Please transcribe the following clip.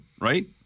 right